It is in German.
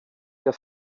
der